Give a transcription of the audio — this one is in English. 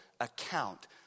account